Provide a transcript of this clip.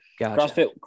CrossFit